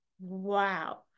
Wow